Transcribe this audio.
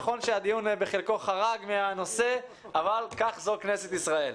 נכון שהדיון בחלקו חרג מהנושא אבל כך זו כנסת ישראל.